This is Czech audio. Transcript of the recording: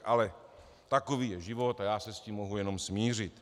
Ale takový je život a já se s tím mohu jenom smířit.